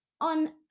on